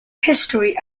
history